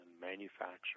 manufacture